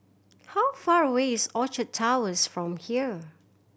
how far away is Orchard Towers from here